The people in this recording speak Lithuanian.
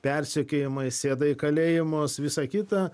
persekiojimai sėda į kalėjimus visa kita